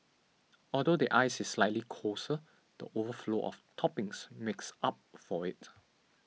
although the ice is slightly coarser the overflow of toppings makes up for it